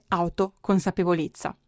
autoconsapevolezza